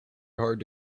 hard